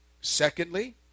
Secondly